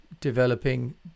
developing